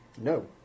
No